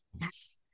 Yes